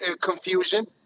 confusion